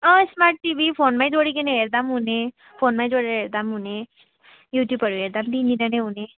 अँ smart TV फोनमै जोडिकन हेर्दा पनि हुने फोनमै जोडेर हेर्दा पनि हुने युट्युबहरू हेर्दा पनि हुने